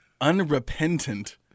Unrepentant